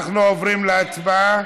אנחנו עוברים להצבעה,